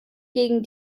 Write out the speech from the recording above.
gegen